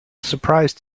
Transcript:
surprise